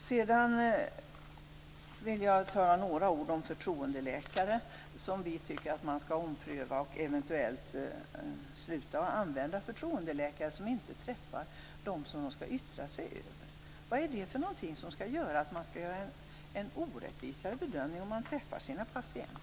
Sedan vill jag säga några ord om förtroendeläkare. Vi tycker att man skall ompröva detta och eventuellt sluta att använda förtroendeläkare som inte träffar dem som de skall yttra sig över. Varför skulle man göra en orättvisare bedömning om man träffade sina patienter?